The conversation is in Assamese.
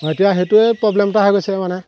অঁ এতিয়া সেইটোৱে প্ৰব্লেম এটা হৈ গৈছে মানে